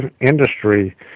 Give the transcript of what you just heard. industry